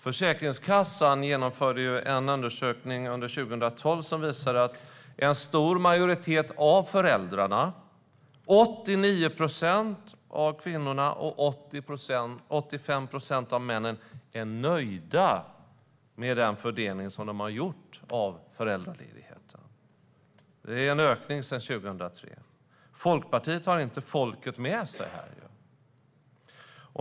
Försäkringskassan genomförde en undersökning under 2012 som visade att en stor majoritet av föräldrarna - 89 procent av kvinnorna och 85 procent av männen - är nöjda med sin fördelning av föräldraledigheten. Det är en ökning sedan 2003. Folkpartiet har inte folket med sig här.